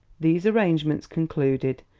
these arrangements concluded,